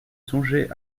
songé